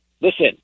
Listen